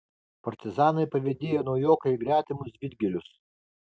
partizanai pavedėjo naujoką į gretimus vidgirius